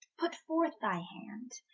put forth thy hand,